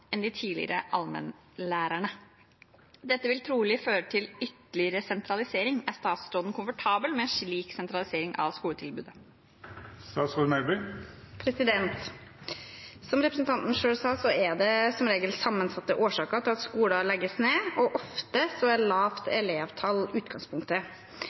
enn de tidligere allmennlærerne. Dette vil trolig føre til ytterligere sentralisering. Er statsråden komfortabel med en slik sentralisering av skoletilbudet?» Som representanten selv sa, er det som regel sammensatte årsaker til at skoler legges ned, og ofte er lavt elevtall utgangspunktet.